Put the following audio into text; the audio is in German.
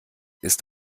ist